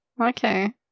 okay